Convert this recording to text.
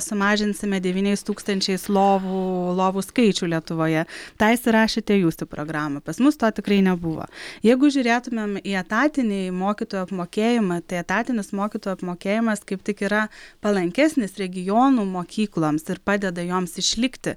sumažinsime devyniais tūkstančiai lovų lovų skaičių lietuvoje tą įsirašėte jūs į programą pas mus to tikrai nebuvo jeigu žiūrėtumėm į etatinį mokytojų apmokėjimą tai etatinis mokytojų apmokėjimas kaip tik yra palankesnis regionų mokykloms ir padeda joms išlikti